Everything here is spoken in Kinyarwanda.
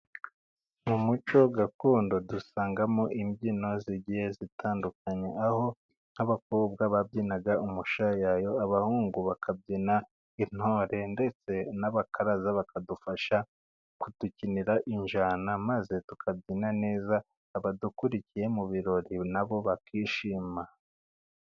Mu muco gakondo dusangamo imbyino zigiye zitandukanye, aho nk'abakobwa babyinaga umushayayo, abahungu bakabyina intore ndetse n'abakaraza bakadufasha kudukinira injyana ,maze tukabyina neza ,abadukurikiye mu birori na bo bakishima.